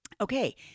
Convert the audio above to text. Okay